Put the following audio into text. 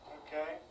okay